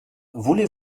voulez